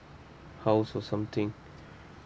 house or something